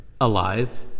alive